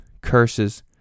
curses